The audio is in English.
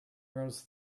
rows